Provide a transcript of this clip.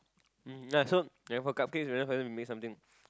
mmhmm so like for cupcakes it's better for them to make something